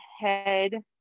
head